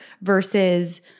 versus